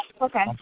Okay